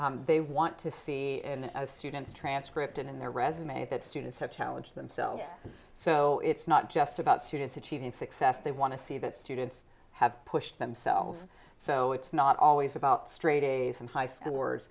is they want to see in a student's transcript and in their resume that students have challenged themselves so it's not just about students achieving success they want to see that students have pushed themselves so it's not always about straight a's and high scores